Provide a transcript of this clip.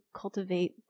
cultivate